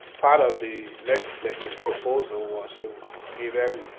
part of the legislators proposal was to give um